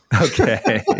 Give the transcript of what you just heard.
Okay